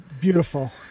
beautiful